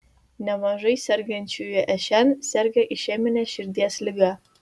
nemažai sergančiųjų šn serga išemine širdies liga